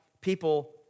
people